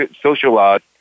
socialized